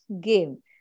game